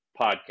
podcast